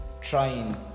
trying